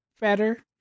better